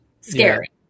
Scary